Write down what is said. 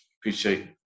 appreciate